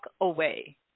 away